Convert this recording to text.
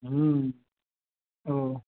ओ